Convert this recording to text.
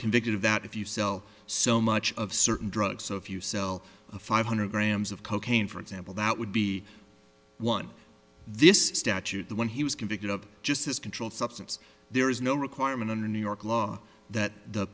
convicted of that if you sell so much of certain drugs so if you sell a five hundred grams of cocaine for example that would be one this statute the one he was convicted of just this controlled substance there is no requirement under new york law that the